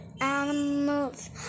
animals